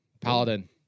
Paladin